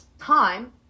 time